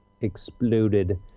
exploded